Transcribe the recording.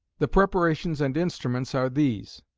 the preparations and instruments are these.